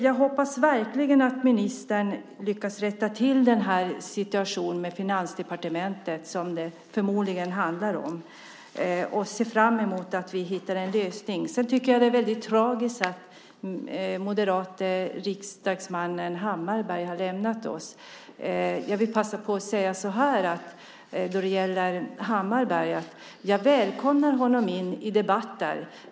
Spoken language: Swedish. Jag hoppas verkligen att ministern lyckas rätta till den här situationen med Finansdepartementet, som det förmodligen handlar om. Jag ser fram emot att vi hittar en lösning. Sedan tycker jag att det är mycket tragiskt att moderate riksdagsmannen Hammarbergh har lämnat oss. Jag vill passa på att säga så här då det gäller Hammarbergh att jag välkomnar honom in i debatter.